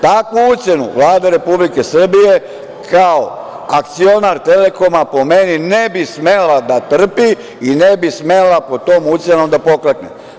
Takvu ucenu Vlada Republike Srbije, kao akcionar „Telekoma“, po meni ne bi smela da trpi i ne bi smela pod tom ucenom da poklekne.